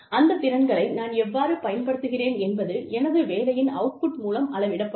அந்த திறன்களை நான் எவ்வாறு பயன்படுத்துகிறேன் என்பது எனது வேலையின் அவுட் புட் மூலம் அளவிடப்படும்